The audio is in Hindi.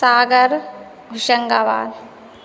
सागर होशंगाबाद